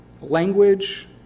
language